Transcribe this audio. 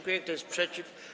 Kto jest przeciw?